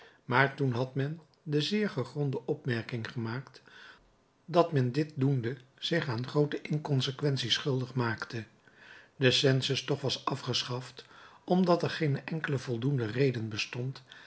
maar toen had men de zeer gegronde opmerking gemaakt dat men dit doende zich aan groote inconsequentie schuldig maakte de census toch was afgeschaft omdat er geene enkele voldoende reden bestond